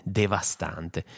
devastante